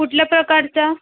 कुठल्या प्रकारचं